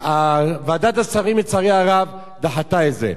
ועדת השרים, לצערי הרב, דחתה את זה.